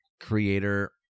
creator